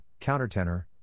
Countertenor